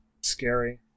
Scary